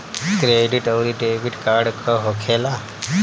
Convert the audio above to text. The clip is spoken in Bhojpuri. क्रेडिट आउरी डेबिट कार्ड का होखेला?